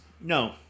No